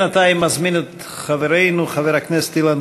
בינתיים אזמין את חברנו חבר הכנסת אילן